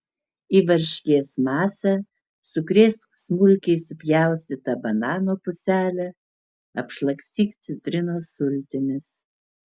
į varškės masę sukrėsk smulkiai supjaustytą banano puselę apšlakstyk citrinos sultimis